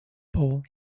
pole